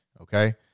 okay